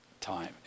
time